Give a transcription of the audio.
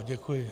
Děkuji.